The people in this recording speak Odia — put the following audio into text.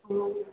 ହଁ